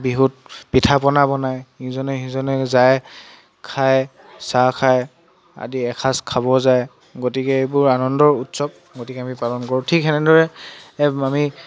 বিহুত পিঠা পনা বনায় ইজনে সিজনে যায় খায় চাহ খায় আদি এসাঁজ খাব যায় গতিকে এইবোৰ আনন্দৰ উৎসৱ গতিকে আমি পালন কৰোঁ ঠিক সেনেদৰে আমি